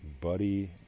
Buddy